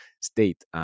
state